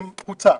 הוצע,